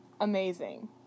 amazing